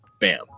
bam